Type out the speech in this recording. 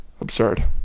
Absurd